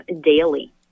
daily